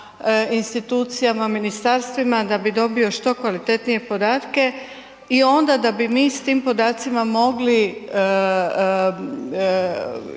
institucijama, ministarstvima da bi dobio što kvalitetnije podatke i onda da bi mi s tim podacima mogli